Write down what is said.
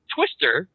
Twister